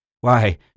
Why